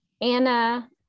Anna